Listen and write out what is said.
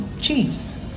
chiefs